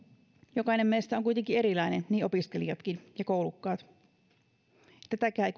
jokainen meistä on kuitenkin erilainen niin ovat opiskelijatkin ja koulukkaat tästäkään